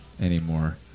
anymore